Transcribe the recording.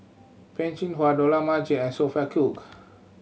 Peh Chin Hua Dollah Majid and Sophia Cooke